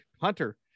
hunter